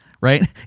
right